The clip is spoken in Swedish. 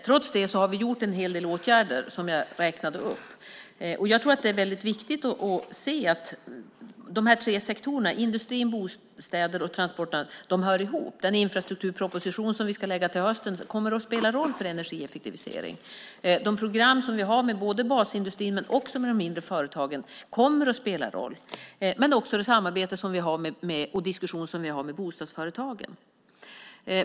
Trots det har vi vidtagit en hel del åtgärder, som jag räknade upp. Det är väldigt viktigt att se att de här tre sektorerna, industrin, bostäder och transporterna, hör ihop. Den infrastrukturproposition som vi ska lägga fram till hösten kommer att spela roll för energieffektivisteringen. De program som vi har med både basindustrin och de mindre företagen kommer att spela roll. Men det gäller också det samarbete och den diskussion som vi har med bostadsföretagen.